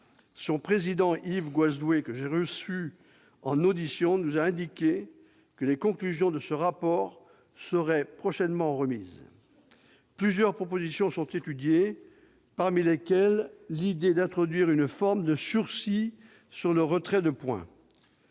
son président, Yves Goasdoué, que nous avons reçu en audition, nous a indiqué que les conclusions de ce rapport seraient prochainement remises. Plusieurs propositions sont envisagées, parmi lesquelles l'idée d'introduire une forme de sursis sur le retrait de points.